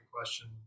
question